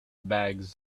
bags